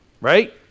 Right